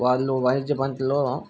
వాళ్ళు వాణిజ్య పంటలో